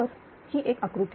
तर ही एक आकृती